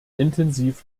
intensiv